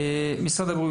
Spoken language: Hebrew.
ברשותך,